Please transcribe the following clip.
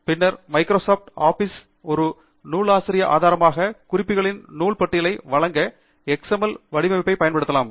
பின்னர் மைக்ரோசாப்ட் ஆபிஸில் ஒரு நூலாசிரிய ஆதாரமாக குறிப்புகளின் நூல் பட்டியலை வழங்க எக்ஸ்எம்எல் வடிவமைப்பைப் பயன்படுத்தலாம்